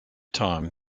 time